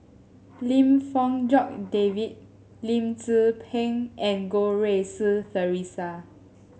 Lim Fong Jock David Lim Tze Peng and Goh Rui Si Theresa